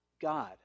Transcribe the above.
God